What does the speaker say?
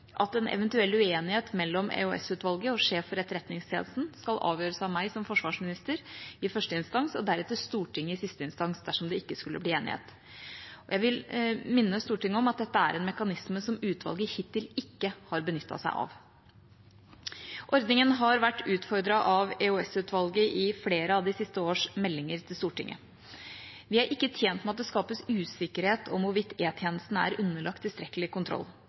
at en eventuell uenighet mellom EOS-utvalget og sjefen for Etterretningstjenesten skal avgjøres av meg som forsvarsminister i første instans og deretter Stortinget i siste instans dersom det ikke skulle bli enighet. Jeg vil minne Stortinget om at dette er en mekanisme som utvalget hittil ikke har benyttet seg av. Ordningen har vært utfordret av EOS-utvalget i flere av de siste årenes meldinger til Stortinget. Vi er ikke tjent med at det skapes usikkerhet om hvorvidt E-tjenesten er underlagt tilstrekkelig kontroll.